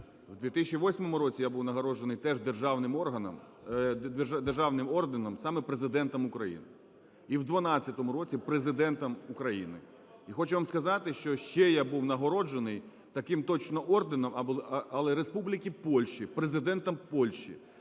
в 2008 році я був нагороджений теж державним орденом саме Президентом України. І в 12-му році Президентом України. І хочу вам сказати, що ще я був нагороджений таким точно орденом, але Республіки Польщі, Президентом Польщі.